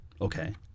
Okay